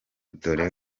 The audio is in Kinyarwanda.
dore